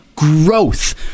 growth